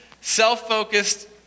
self-focused